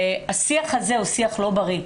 השיח הזה הוא שיח לא בריא.